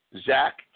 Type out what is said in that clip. Zach